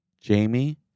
Jamie